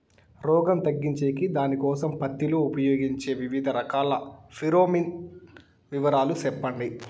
రోగం తగ్గించేకి దానికోసం పత్తి లో ఉపయోగించే వివిధ రకాల ఫిరోమిన్ వివరాలు సెప్పండి